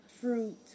fruit